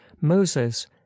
Moses